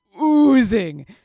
oozing